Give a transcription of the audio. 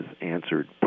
answered